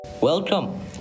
Welcome